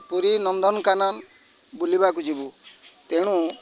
ପୁରୀ ନନ୍ଦନକାନନ ବୁଲିବାକୁ ଯିବୁ ତେଣୁ